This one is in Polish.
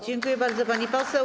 Dziękuję bardzo, pani poseł.